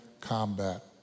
combat